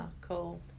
cool